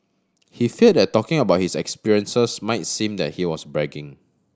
he feared that talking about his experiences might seem like he was bragging